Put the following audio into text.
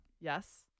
Yes